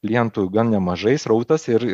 klientų gan nemažai srautas ir